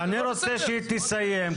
אני רוצה שהיא תסיים,